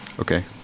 Okay